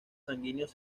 sanguíneos